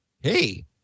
hey